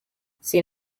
sin